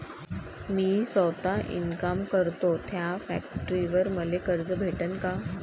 मी सौता इनकाम करतो थ्या फॅक्टरीवर मले कर्ज भेटन का?